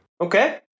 Okay